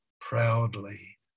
proudly